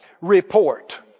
report